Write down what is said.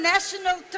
National